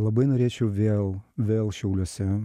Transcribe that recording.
labai norėčiau vėl vėl šiauliuose